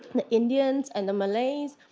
the indians and the malays.